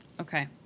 Okay